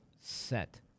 set